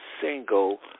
single